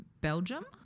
Belgium